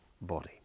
body